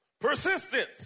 Persistence